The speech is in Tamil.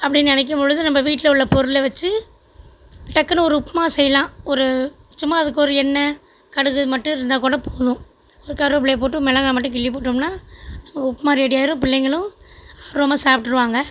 அப்படின்னு நினைக்கும் பொழுது நம்ம வீட்டில் உள்ள பொருளை வச்சு டக்குனு ஒரு உப்புமா செய்யலாம் ஒரு சும்மா அதுக்கு ஒரு எண்ணெய் கடுகு மட்டும் இருந்தால் கூட போதும் ஒரு கருவப்லையை போட்டு மிளகாய் மட்டும் கிள்ளி போட்டோம்னால் நம்ப உப்புமா ரெடி ஆயிடும் பிள்ளைங்களும் ரொம்ப சாப்பிட்ருவாங்க